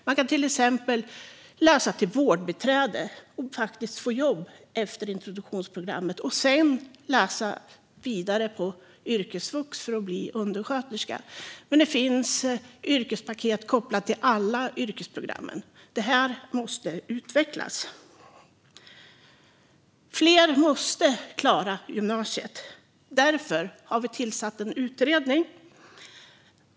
Man kan till exempel läsa till vårdbiträde och faktiskt få jobb direkt efter introduktionsprogrammet. Därefter kan man läsa vidare på yrkesvux för att bli undersköterska. Det finns yrkespaket kopplat till alla yrkesprogram, och detta måste utvecklas. Fler måste klara gymnasiet. Därför har vi tillsatt en utredning.